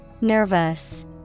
Nervous